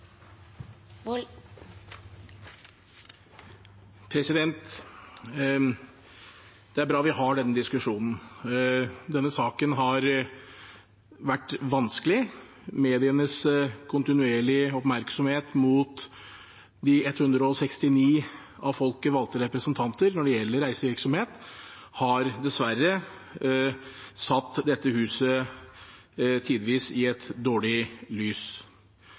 bra at vi har denne diskusjonen. Denne saken har vært vanskelig. Medienes kontinuerlige oppmerksomhet mot de 169 av folket valgte representanter når det gjelder reisevirksomhet, har dessverre satt dette huset tidvis i et dårlig lys.